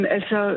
Altså